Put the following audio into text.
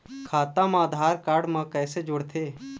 खाता मा आधार कारड मा कैसे जोड़थे?